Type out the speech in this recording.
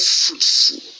fruitful